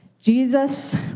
Jesus